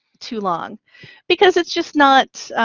too long because it's just not,